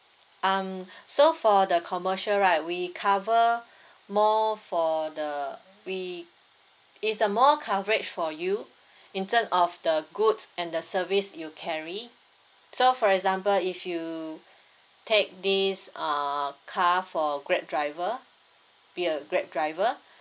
um so for the commercial right we cover more for the we it's a more coverage for you in term of the good and the service you carry so for example if you take this uh car for grab driver be a grab driver